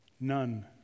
none